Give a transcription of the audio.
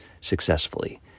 successfully